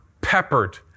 peppered